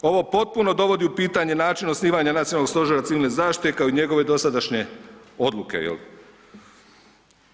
Ovo potpuno dovodi u pitanje načina osnivanja Nacionalnog stožera civilne zaštite kao i njegove dosadašnje odluke, jel.